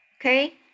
okay